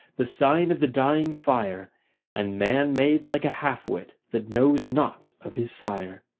the sign of the dying fire and man made like a half-wit, that knows not of his sire.